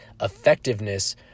effectiveness